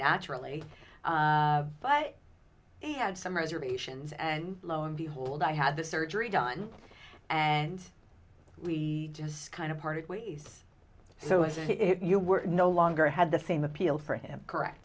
naturally but he had some reservations and lo and behold i had the surgery done and we just kind of parted ways so if you were no longer had the same appeal for him correct